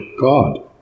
God